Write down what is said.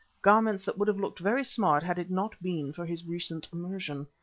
garments that would have looked very smart had it not been for his recent immersion.